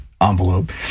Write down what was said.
envelope